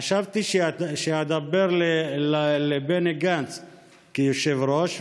חשבתי שאני אדבר לבני גנץ כיושב-ראש,